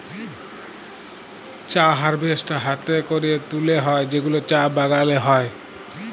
চা হারভেস্ট হ্যাতে ক্যরে তুলে হ্যয় যেগুলা চা বাগালে হ্য়য়